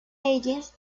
leyes